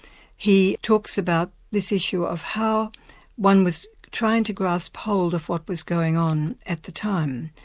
he talks about this issue of how one was trying to grasp hold of what was going on at the time,